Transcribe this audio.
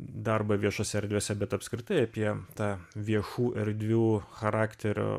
darbą viešose erdvėse bet apskritai apie tą viešų erdvių charakterio